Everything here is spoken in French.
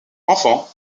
enfant